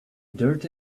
dirt